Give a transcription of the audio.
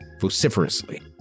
vociferously